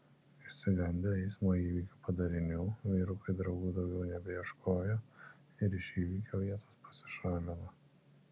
išsigandę eismo įvykio padarinių vyrukai draugų daugiau nebeieškojo ir iš įvykio vietos pasišalino